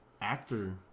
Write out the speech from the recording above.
actor